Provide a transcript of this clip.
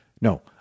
no